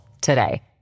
today